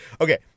Okay